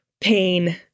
pain